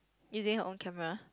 using her own camera